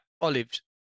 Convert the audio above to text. olives